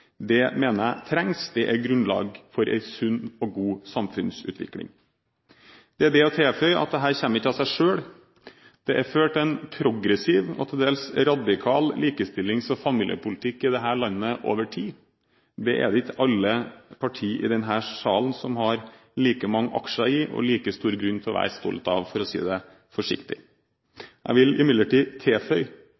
Det mener jeg trengs, det er grunnlag for en sunn og god samfunnsutvikling. Det er å tilføye at dette kommer ikke av seg selv. Det er ført en progressiv og til dels radikal likestillings- og familiepolitikk i dette landet over tid. Det er det ikke alle partier i denne salen som har like mange aksjer i og like stor grunn til å være stolt av, for å si det forsiktig.